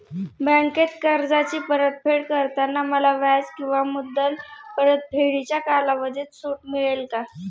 बँकेत कर्जाची परतफेड करताना मला व्याज किंवा मुद्दल परतफेडीच्या कालावधीत सूट मिळेल का?